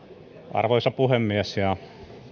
arvoisa puhemies ja